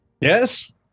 Yes